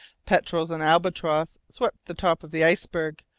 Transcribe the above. petrels and albatross swept the top of the iceberg,